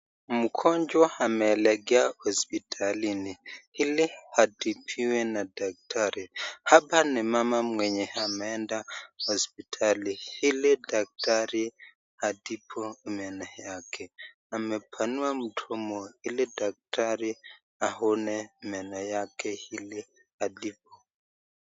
Mgonjwa ameelekea hospitalini ili atibiwe na daktari. Hapa ni mama mwenye ameenda hospitali ili daktari atibu meno yake. Amepanua mdomo ili daktari aone meno yake ili atibu.